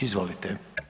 Izvolite.